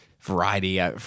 Variety